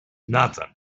nothing